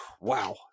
wow